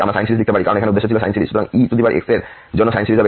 আমরা sine series লিখতে পারি কারণ এখানে উদ্দেশ্য ছিল সাইন সিরিজ